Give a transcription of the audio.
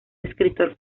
escritor